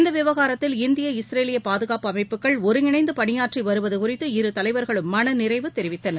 இந்த விவகாரத்தில் இந்திய இஸ்ரேலிய பாதுகாப்பு அமைப்புகள் ஒருங்கிணைந்து பணியாற்றி வருவது குறித்து இரு தலைவர்களும் மனநிறைவு தெரிவித்தனர்